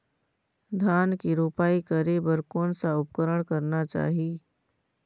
धान के रोपाई करे बर कोन सा उपकरण करना चाही?